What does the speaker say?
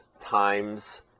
times